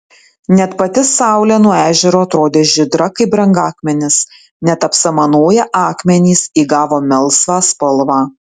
net pati saulė nuo ežero atrodė žydra kaip brangakmenis net apsamanoję akmenys įgavo melsvą spalvą